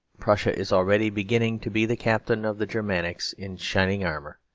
prussia is already beginning to be the captain of the germanics in shining armour.